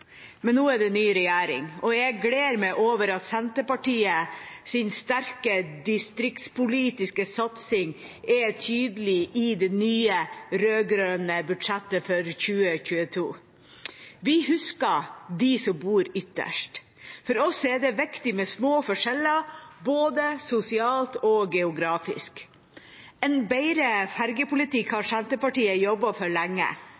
Men nå er det en ny regjering, og jeg gleder meg over at Senterpartiets sterke distriktspolitiske satsing er tydelig i det nye rød-grønne budsjettet for 2022. Vi husker de som bor ytterst. For oss er det viktig med små forskjeller, både sosialt og geografisk. En bedre fergepolitikk har Senterpartiet jobbet for lenge.